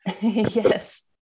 Yes